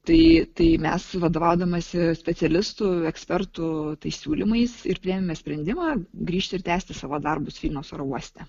tai tai mes vadovaudamasi specialistų ekspertų tais siūlymais ir priėmėme sprendimą grįžti ir tęsti savo darbus vienos oro uoste